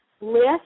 list